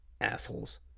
assholes